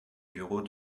bureau